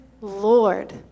Lord